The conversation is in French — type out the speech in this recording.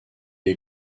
est